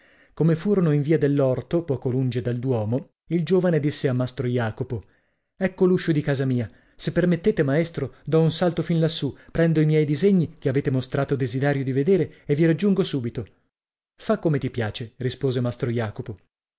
come furono in via dell'orto poco lunge dal duomo il giovane disse a mastro jacopo ecco l'uscio di casa mia se permettete maestro dò un salto fin lassù prendo i miei disegni che avete mostrato desiderio di vedere e vi raggiungo subito fa come ti piace rispose mastro jacopo